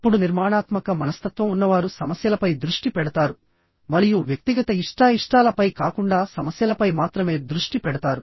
ఇప్పుడు నిర్మాణాత్మక మనస్తత్వం ఉన్నవారు సమస్యలపై దృష్టి పెడతారు మరియు వ్యక్తిగత ఇష్టాయిష్టాలపై కాకుండా సమస్యలపై మాత్రమే దృష్టి పెడతారు